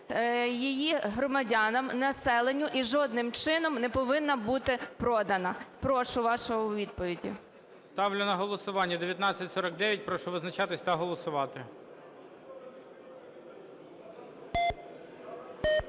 її громадянам, населенню і жодним чином не повинна бути продана. Прошу вашої відповіді. ГОЛОВУЮЧИЙ. Ставлю на голосування 1949. Прошу визначатись та голосувати.